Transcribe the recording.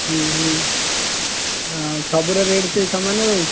ଆଉ ସବୁର ରେଟ୍ ସେଇ ସମାନ ରହୁଛି